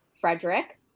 Frederick